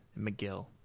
McGill